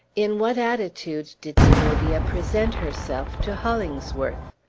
in what attitude did zenobia present herself to hollingsworth?